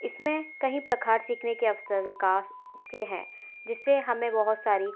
इसमें कहीं प्रखार सीखने के अवसर विकास के हैं जिससे हमें बहुत सारी